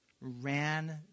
ran